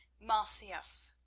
masyaf.